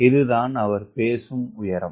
இது தான் அவர் பேசும் உயரம்